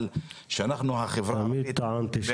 שאנחנו החברה הערבית,